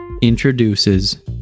introduces